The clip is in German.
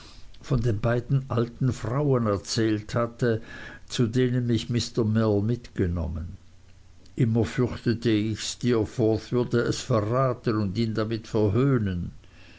von den beiden alten frauen erzählt hatte zu denen mich mr mell mitgenommen immer fürchtete ich steerforth würde es verraten und ihn damit verhöhnen